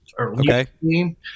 Okay